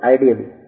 Ideally